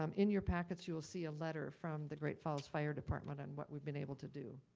um in your packet, you'll see a letter from the great falls fire department and what we'd been able to do.